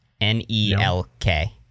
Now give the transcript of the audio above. N-E-L-K